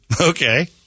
Okay